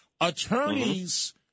Attorneys